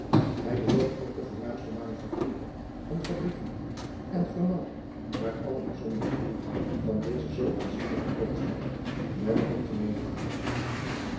hij bezocht ook de voornaamste manufacturen en fabrijken en vernam naar alle bijzonderheden van deze zoo aanzienlijke koopstad met ongemeene aandacht